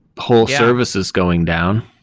whole services going down.